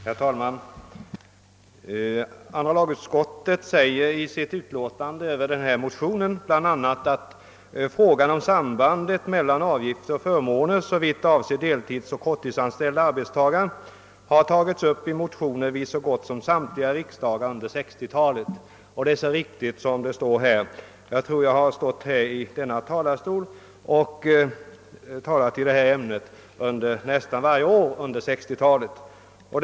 Herr talman! Andra lagutskottet säger i sitt utlåtande över motionerna bl.a., att frågan om sambandet mellan avgifter och förmåner, såvitt avser deltidsoch korttidsanställda arbetstagare, har tagits upp i motioner vid så gott som samtliga riksdagar under 1960-talet. Det är alldeles riktigt — jag tror att jag har stått i denna talarstol och talat i det här ämnet nästan varje år under 1960 talet.